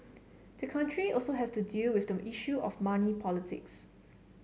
the country also has to deal with the issue of money politics